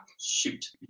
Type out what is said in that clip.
Shoot